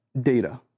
data